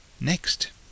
Next